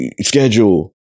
schedule